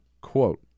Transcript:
quote